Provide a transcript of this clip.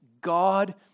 God